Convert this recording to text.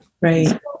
Right